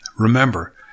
Remember